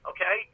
Okay